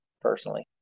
personally